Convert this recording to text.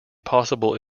possible